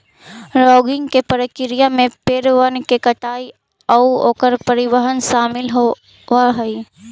logging के प्रक्रिया में पेड़बन के कटाई आउ ओकर परिवहन शामिल होब हई